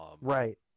Right